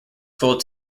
full